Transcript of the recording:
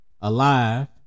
alive